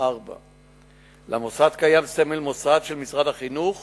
4. למוסד קיים סמל מוסד של משרד החינוך